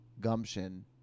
gumption